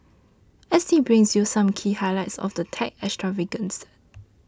S T brings you some key highlights of the tech extravaganza